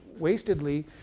wastedly